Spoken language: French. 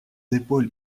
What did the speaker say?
épaules